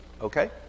okay